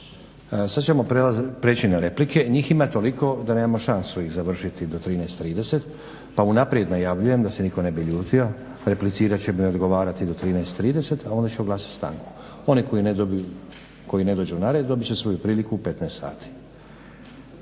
Sad ćemo prijeći na replike. Njih ima toliko da nemamo šansu ih završiti do 13,30 pa unaprijed najavljujem da se nitko ne bi ljutio replicirat ćemo i odgovarati do 13,30 a onda ću oglasiti stanku. Oni koji ne dođu na red dobit će svoju priliku u 15,00 sati.